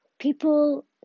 people